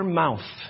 mouth